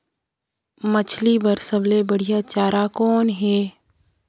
मछरी बर सबले बढ़िया चारा कौन हे?